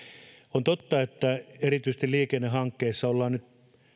on totta että erityisesti liikennehankkeissa ollaan nyt